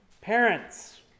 Parents